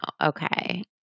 Okay